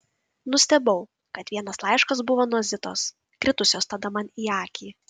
nustebau kad vienas laiškas buvo nuo zitos kritusios tada man į akį